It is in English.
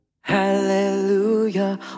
Hallelujah